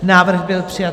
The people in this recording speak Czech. Návrh byl přijat.